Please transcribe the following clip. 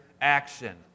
action